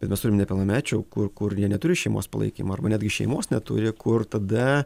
bet mes turim nepilnamečių kur kur jie neturi šeimos palaikymo arba netgi šeimos neturi kur tada